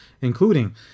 including